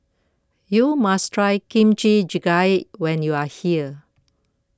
you must try Kimchi Jjigae when you are here